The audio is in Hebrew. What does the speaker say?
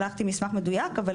שלחתי מסמך מדויק, אבל